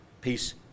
Peace